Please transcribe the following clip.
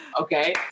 Okay